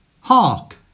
Hark